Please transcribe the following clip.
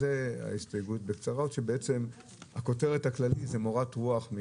בקצרה אלה ההסתייגויות כאשר הכותרת הכללית היא מורת רוח.